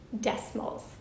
decimals